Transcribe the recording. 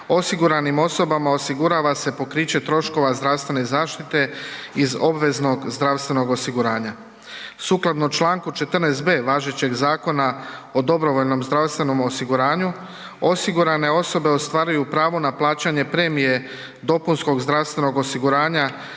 osiguranim osobama osigurava se pokriće troškova zdravstvene zaštite iz obveznog zdravstvenog osiguranja. Sukladno čl. 14.b važećeg Zakona o DZO osigurane osobe ostvaruju u pravno na plaćanje premije DZO-a iz sredstava